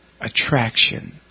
attraction